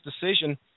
decision